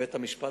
בית-המשפט